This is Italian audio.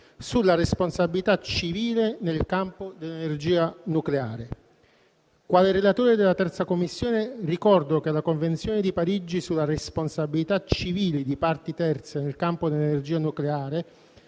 sulla responsabilità civile nel campo dell'energia nucleare. Quale relatore della 3a Commissione, ricordo che la Convenzione di Parigi sulla responsabilità civile di parti terze nel campo dell'energia nucleare,